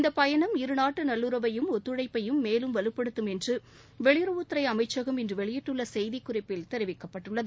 இந்த பயணம் இருநாட்டு நல்லுறவையும் ஒத்துழைப்பையும் மேலும் வலுப்படுத்தும் என்று வெளியுறவுத்துறை அமைச்சகம் இன்று வெளியிட்டுள்ள செய்திக் குறிப்பில் தெரிவிக்கப்பட்டுள்ளது